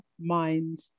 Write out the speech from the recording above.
mind